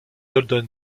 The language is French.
holden